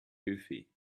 goofy